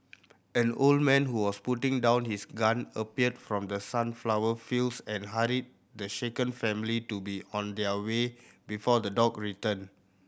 an old man who was putting down his gun appeared from the sunflower fields and hurried the shaken family to be on their way before the dog return